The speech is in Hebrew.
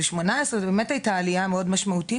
וזאת באמת הייתה עלייה מאוד משמעותית.